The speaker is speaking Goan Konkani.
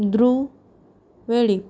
द्रूव वेळीप